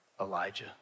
Elijah